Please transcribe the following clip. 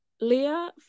Leah